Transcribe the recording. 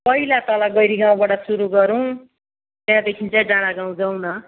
पहिला तल गैरी गाउँबाट सुरु गरौँ त्यहाँदेखि चाहिँ डाँढा गाउँ जाऊँ न